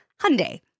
Hyundai